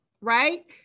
Right